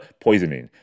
poisoning